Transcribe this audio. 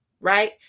Right